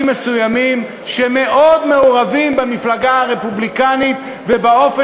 מסוימים שמאוד מעורבים במפלגה הרפובליקנית ובאופן